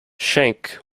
schenck